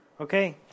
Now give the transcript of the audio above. Okay